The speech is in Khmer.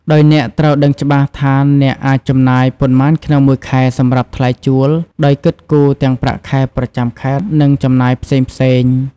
ដោយអ្នកត្រូវដឹងច្បាស់ថាអ្នកអាចចំណាយប៉ុន្មានក្នុងមួយខែសម្រាប់ថ្លៃជួល ដោយគិតគូរទាំងប្រាក់ខែប្រចាំខែ និងចំណាយផ្សេងៗ។